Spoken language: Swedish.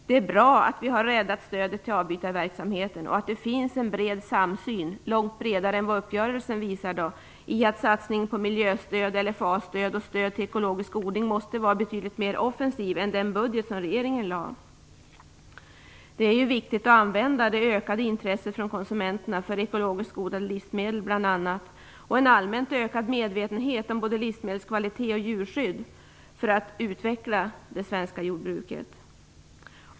Det är bra att vi har räddat stödet till avbytarverksamheten och att det finns en bred - långt bredare än vad uppgörelsen visar - samsyn om att satsningen på miljöstöd, LFA-stöd och stöd till ekologisk odling måste vara betydligt mer offensiv än den budget som regeringen lade fram. Det är viktigt att använda det ökade intresset från konsumenterna för bl.a. ekologiskt odlade livsmedel och en allmänt ökad medvetenhet om både livsmedelskvalitet och djurskydd för att utveckla det svenska jordbruket.